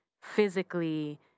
physically